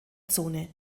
zone